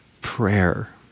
prayer